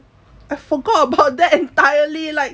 I forgot about that entirely like